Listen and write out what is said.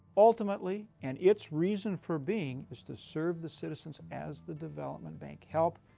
ultimately, and its reason for being is to serve the citizens as the development bank, help,